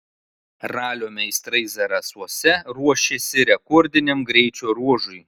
ralio meistrai zarasuose ruošiasi rekordiniam greičio ruožui